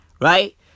Right